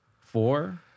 four